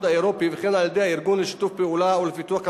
האירופי וכן על-ידי הארגון לשיתוף פעולה ולפיתוח כלכלי,